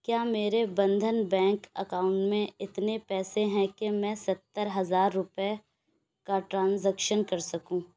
کیا میرے Bandhan bank account میں اتنے پیسے ہیں کہ میں ستّر ہزار روپئے کا ٹرانزیکشن کر سکوں